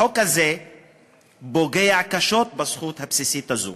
החוק הזה פוגע קשות בזכות הבסיסית הזאת,